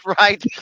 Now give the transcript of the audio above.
Right